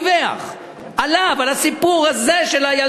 ועל המקרה הזה שעליו הוא דיווח,